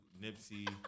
Nipsey